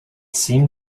seemed